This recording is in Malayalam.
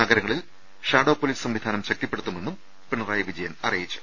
നഗരങ്ങളിൽ ഷാഡോ പൊലീസ് സംവിധാനം ശക്തിപ്പെടുത്തുമെന്നും പിണ റായി വിജയൻ പറഞ്ഞു